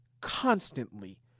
constantly